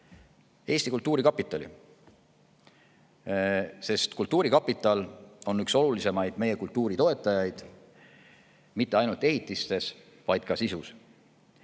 Eesti Kultuurkapitali, sest see on üks olulisemaid meie kultuuri toetajaid mitte ainult ehitiste, vaid ka sisu